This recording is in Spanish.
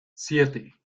siete